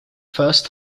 first